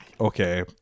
okay